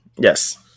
Yes